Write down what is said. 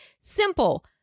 Simple